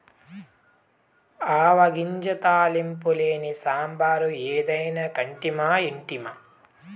ఆవ గింజ తాలింపు లేని సాంబారు ఏదైనా కంటిమా ఇంటిమా